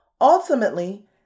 Ultimately